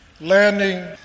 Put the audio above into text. landing